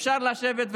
אפשר לשבת,